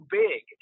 big